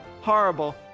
horrible